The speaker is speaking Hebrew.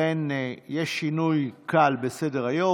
יש שינוי קל בסדר-היום.